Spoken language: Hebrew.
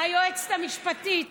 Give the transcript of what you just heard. היועצת המשפטית